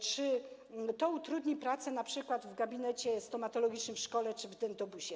Czy to utrudni pracę np. w gabinecie stomatologicznym w szkole czy dentobusie?